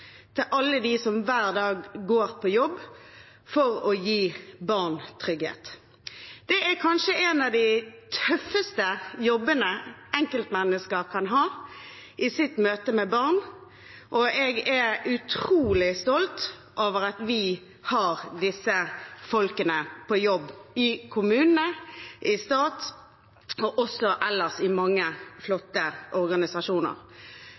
til alle de som hver dag går på jobb for å gi barn trygghet. Det er kanskje en av de tøffeste jobbene enkeltmennesker kan ha i sitt møte med barn, og jeg er utrolig stolt over at vi har disse folkene på jobb i kommunene, i staten og også ellers i mange flotte organisasjoner.